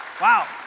Wow